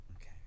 Okay